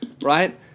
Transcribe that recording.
right